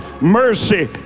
mercy